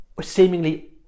seemingly